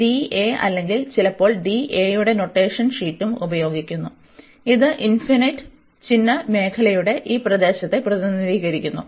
ഈ അല്ലെങ്കിൽ ചിലപ്പോൾ യുടെ നൊട്ടേഷൻ ഷീറ്റും ഉപയോഗിക്കുന്നു ഇത് ഇൻഫിനിറ്റ് ചിഹ്ന ഉപമേഖലയുടെ ഈ പ്രദേശത്തെ പ്രതിനിധീകരിക്കുന്നു